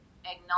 acknowledge